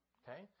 okay